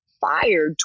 fired